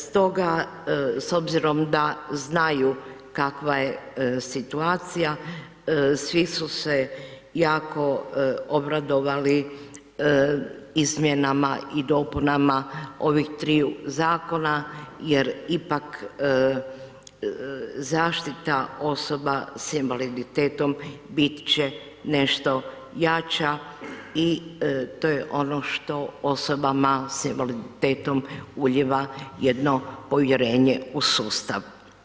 Stoga s obzirom da znaju kakva je situacija, svi su se jako obradovali izmjena i dopunama ovih triju zakona jer ipak zaštita osoba sa invaliditetom bit će nešto jača i to je ono što osobama sa invaliditetom ulijeva jedno povjerenje u sustav.